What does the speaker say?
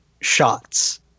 shots